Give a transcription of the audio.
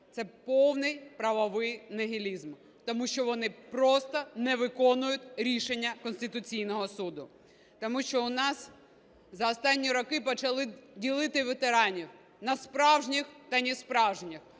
це повний правовий нігілізм, тому що вони просто не виконують рішення Конституційного Суду. Тому що у нас за останні роки почали ділити ветеранів на справжніх та несправжніх,